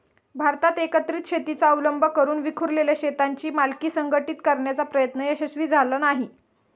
भारतात एकत्रित शेतीचा अवलंब करून विखुरलेल्या शेतांची मालकी संघटित करण्याचा प्रयत्न यशस्वी झाला नाही